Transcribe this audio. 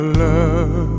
love